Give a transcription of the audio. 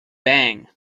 bang